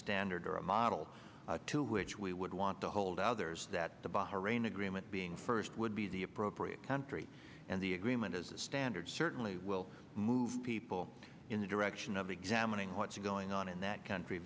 standard or a model to which we would want to hold others that the bahrain agreement being first would be the appropriate country and the agreement as a standard certainly will move people in the direction of examining what's going on in that country